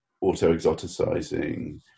auto-exoticizing